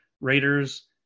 Raiders